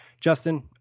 Justin